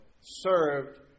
served